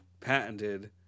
patented